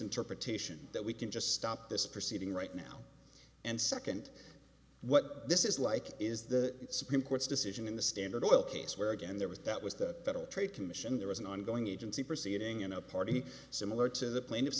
interpretation that we can just stop this proceeding right now and second what this is like is the supreme court's decision in the standard oil case where again there was that was that trade commission there was an ongoing agency proceeding in a party similar to the plaintiffs